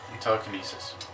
Telekinesis